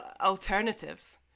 alternatives